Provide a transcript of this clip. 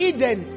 Eden